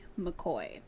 McCoy